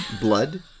Blood